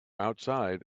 outside